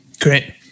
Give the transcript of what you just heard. Great